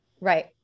Right